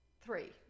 three